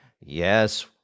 Yes